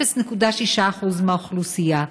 0.6% מהאוכלוסייה,